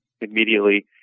immediately